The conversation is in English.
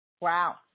Wow